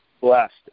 blessed